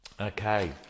Okay